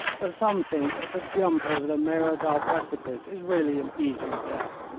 but some think that a jump over the merodal precipice is really an easier death.